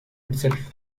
itself